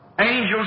Angels